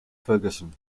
ferguson